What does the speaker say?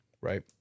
right